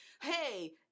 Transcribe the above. hey